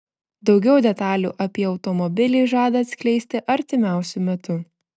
daugiau detalių apie automobilį žada atskleisti artimiausiu metu